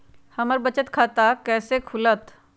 हमर बचत खाता कैसे खुलत?